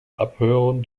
abhören